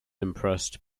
impressed